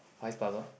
Far East Plaza